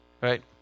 Right